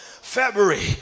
February